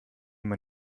man